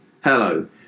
Hello